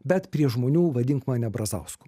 bet prie žmonių vadink mane brazausku